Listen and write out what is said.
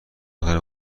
دختر